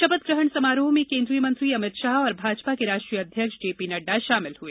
शपथ ग्रहण समारोह में केन्द्रीय मंत्री अमित शाह और भाजपा के राष्ट्रीय अध्यक्ष जेपी नड्डा शामिल हुए